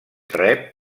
rep